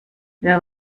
wer